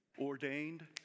ordained